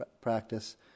practice